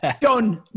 Done